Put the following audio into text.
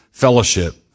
fellowship